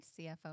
CFO